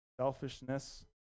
selfishness